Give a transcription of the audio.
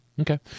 Okay